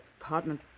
apartment